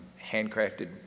handcrafted